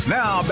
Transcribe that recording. now